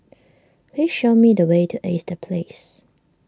please show me the way to Ace the Place